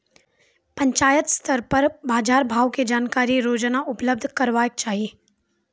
पंचायत स्तर पर बाजार भावक जानकारी रोजाना उपलब्ध करैवाक चाही?